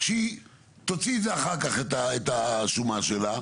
שהיא תוציא את זה אחר כך את השומה שלה,